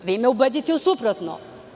Vi me ubedite u suprotno.